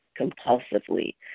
compulsively